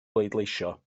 bleidleisio